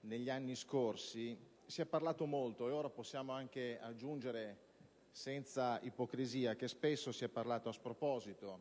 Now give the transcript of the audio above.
negli anni scorsi, si è parlato molto ed ora possiamo anche aggiungere, senza ipocrisia, che spesso si è parlato a sproposito,